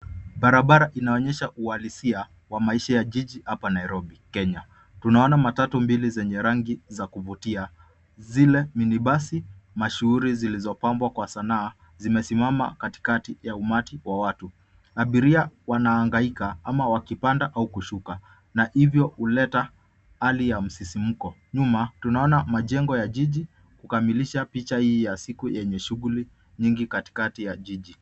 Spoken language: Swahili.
Barabara inaonyesha uhalisia wa maisha ya jii hapa Nairobi Kenya. Tunaona matatu mbili yenye rangi za kuvutia zile minibasi mashuuri zilizopambwa kwa sanaa zimesimama katikati ya umati wa watu abiria wanaagaika ama wakipanda au kushuka na hivyo uleta hali ya msisimuko nyuma tunaona majengo ya jiji kukamilisha picha hii iko yenye shughuli nyingi katikati ya jiji.